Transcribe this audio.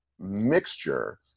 mixture